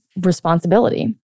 responsibility